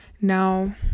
Now